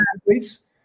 athletes